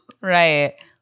Right